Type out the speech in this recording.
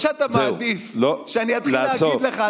או שאתה מעדיף שאני אתחיל להגיד לך,